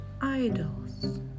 idols